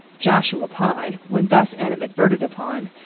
joshua pye, when thus animadverted upon,